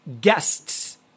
guests